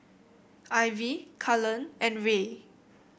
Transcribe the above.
Ivey Cullen and Rae